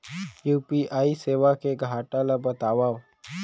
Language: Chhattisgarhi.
यू.पी.आई सेवा के घाटा ल बतावव?